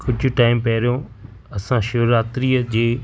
कुझु टाइम पहिरियों असां शिवरात्रीअ जे